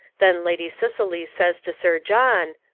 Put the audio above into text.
then lady cicely says to sir john,